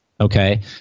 okay